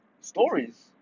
stories